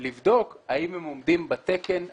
לבדוק האם הם עומדים בתקן הישראלי,